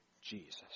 Jesus